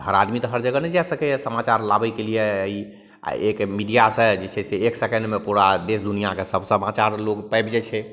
हर आदमी तऽ हर जगह नहि जै सकै यऽ समाचार लाबैके लिए आओर एक मीडिआसे जे छै से एक सेकेण्डमे पूरा देश दुनिआँके सभ समाचार लोक पाबि जाइ छै